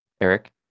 Eric